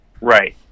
Right